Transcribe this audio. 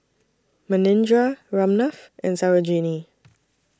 Manindra Ramnath and Sarojini